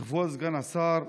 כבוד סגן השר,